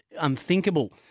unthinkable